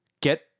get